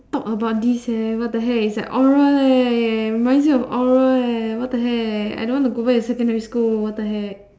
talk about this leh what the heck it is like oral leh it reminds me of oral leh what the heck I don't want to go back to secondary school what the heck